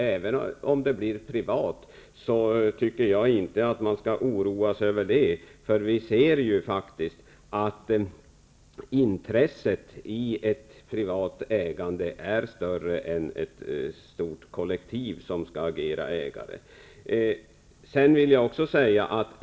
Även om det blir privat ägande tycker jag alltså att det inte finns skäl att oroa sig. Vi ser ju att intresset när det finns ett privat ägande är större än när ett stort kollektiv agerar ägare.